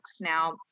now